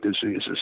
diseases